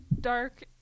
dark